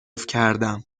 کردم